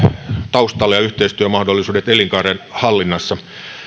taustalla ja yhteistyömahdollisuudet elinkaaren hallinnassa